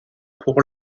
pour